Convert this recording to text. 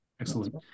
Excellent